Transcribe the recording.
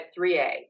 3a